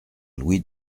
louis